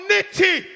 Nitty